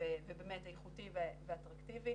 ובאמת איכותי ואטרקטיבי.